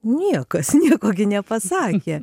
niekas nieko nepasakė